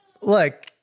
look